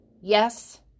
Yes